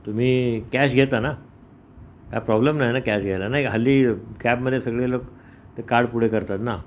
तुम्ही कॅश घेता ना काय प्रॉब्लेम नाही ना कॅश घ्यायला ना हाली कॅबमधे सगळे लोक ते कार्ड पुढे करतात ना